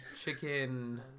Chicken